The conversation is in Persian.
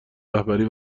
رهبری